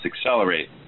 accelerate